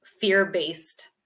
fear-based